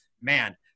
man